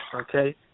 okay